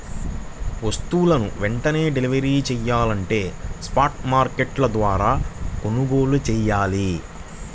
వస్తువులు వెంటనే డెలివరీ చెయ్యాలంటే స్పాట్ మార్కెట్ల ద్వారా కొనుగోలు చెయ్యాలి